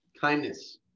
Kindness